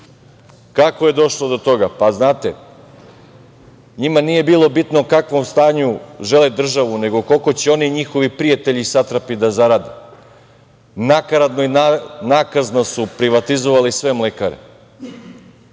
je došlo do toga? Znate, njima nije bilo bitno u kakvom stanju žele državu, nego koliko će oni njihovi prijatelji i satrapi da zarade. Nakaradno i nakazno su privatizovali sve mlekare.